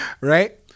Right